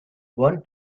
one